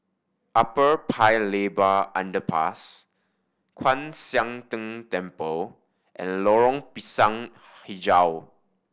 Upper Paya Lebar Underpass Kwan Siang Tng Temple and Lorong Pisang Hijau